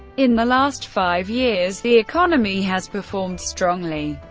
in the last five years the economy has performed strongly.